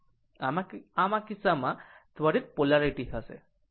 આમ આ કિસ્સામાં ત્વરિત પોલારીટી હશે